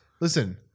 Listen